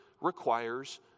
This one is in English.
requires